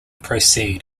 proceed